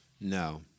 No